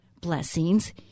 blessings